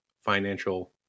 financial